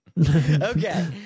Okay